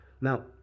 Now